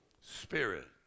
spirit